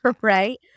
Right